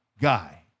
guy